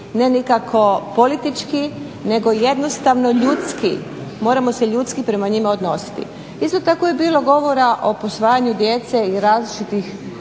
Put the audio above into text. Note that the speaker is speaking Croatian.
ne nikako politički nego jednostavno ljudski. Moramo se ljudski prema njima odnositi. Isto tako je bilo govora o posvajanju djece i različitih